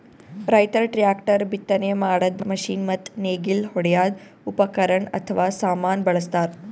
ರೈತರ್ ಟ್ರ್ಯಾಕ್ಟರ್, ಬಿತ್ತನೆ ಮಾಡದ್ದ್ ಮಷಿನ್ ಮತ್ತ್ ನೇಗಿಲ್ ಹೊಡ್ಯದ್ ಉಪಕರಣ್ ಅಥವಾ ಸಾಮಾನ್ ಬಳಸ್ತಾರ್